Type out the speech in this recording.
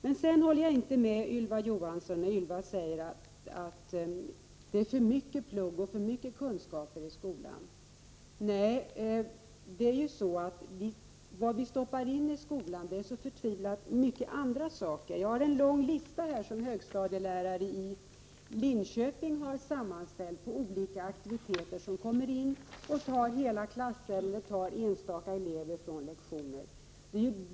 Men sedan håller jag inte med, när Ylva Johansson säger att det är för mycket plugg och för mycket kunskaper i skolan. Nej, vi stoppar in så förtvivlat mycket andra saker i skolan. Jag har här en lång lista, som högstadielärare i Linköping har sammanställt, över olika aktiviteter som kommer in och tar hela klasser eller enstaka elever från lektioner.